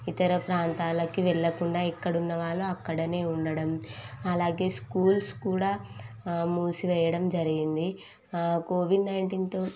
ఇతర ప్రాంతాలకి వెళ్ళకుండా ఎక్కడ ఉన్నవాళ్ళు అక్కడ ఉండడం అలాగే స్కూల్స్ కూడా మూసి వేయడం జరిగింది కోవిడ్ నైంటీన్తో